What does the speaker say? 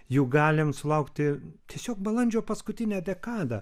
juk galim sulaukti tiesiog balandžio paskutinę dekadą